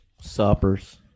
Suppers